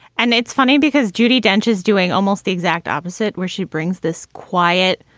and it's funny because judi dench is doing almost the exact opposite, where she brings this quiet,